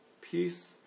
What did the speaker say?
peace